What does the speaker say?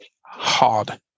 hard